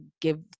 give